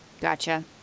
Gotcha